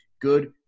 good